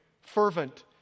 fervent